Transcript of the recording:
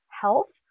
health